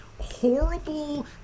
horrible